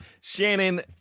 shannon